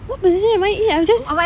what position am I in I'm just